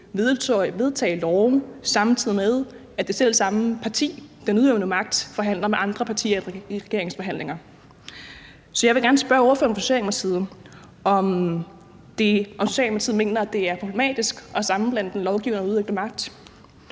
vedtage love, samtidig med at det selv samme parti som udøvende magt deltager i regeringsforhandlinger med andre partier. Så jeg vil gerne spørge ordføreren for Socialdemokratiet, om Socialdemokratiet mener, at det er problematisk at sammenblande den lovgivende og den udøvende magt,